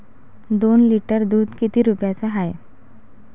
दोन लिटर दुध किती रुप्याचं हाये?